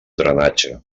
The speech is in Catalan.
drenatge